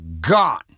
gone